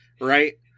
right